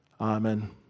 Amen